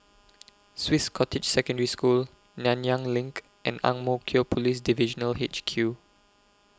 Swiss Cottage Secondary School Nanyang LINK and Ang Mo Kio Police Divisional H Q